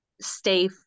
stay